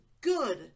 good